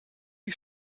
you